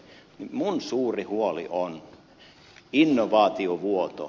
minun suuri huoleni on innovaatiovuoto